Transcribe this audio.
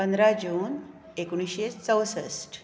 पंदरा जून एकोणिशें चवसश्ट